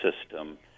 system